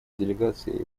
делегация